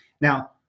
Now